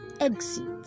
Exit